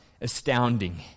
Astounding